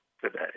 today